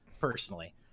personally